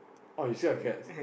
oh you scared of cats